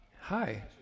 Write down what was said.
Hi